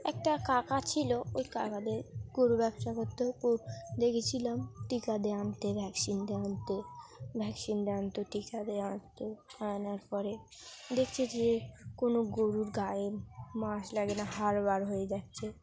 একটা কাকা ছিল ওই কাকাদের গরু ব্যবসা করতেও দেখেছিলাম টিকা দিয়ে আনতে ভ্যাকসিন দিয়ে আনতে ভ্যাকসিন দিয়ে আনত টিকা দিয়ে আনত আনার পরে দেখছি যে কোনো গরুর গায়ে মাসক লাগে না হাড় বার হয়ে যাচ্ছে